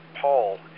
Paul